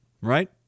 Right